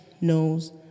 knows